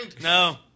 No